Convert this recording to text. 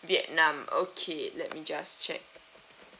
vietnam okay let me just check